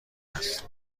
است